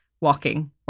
walking